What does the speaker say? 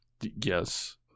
Yes